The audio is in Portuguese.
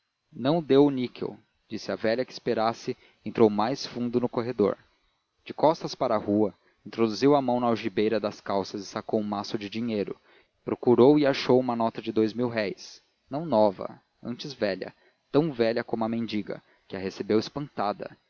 não deu o níquel disse à velha que esperasse e entrou mais fundo no corredor de costas para a rua introduziu a mão na algibeira das calças e sacou um maço de dinheiro procurou e achou uma nota de dous mil-réis não nova antes velha tão velha como a mendiga que a recebeu espantada